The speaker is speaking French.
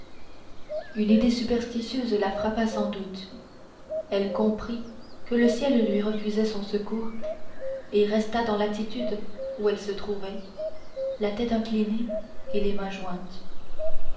une idée superstitieuse la frappa sans doute elle comprit que le ciel lui refusait son secours et resta dans l'attitude où elle se trouvait la tête inclinée et les mains jointes